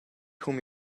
whom